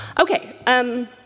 Okay